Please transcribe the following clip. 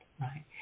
right